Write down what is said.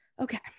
okay